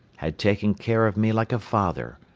had taken care of me like a father,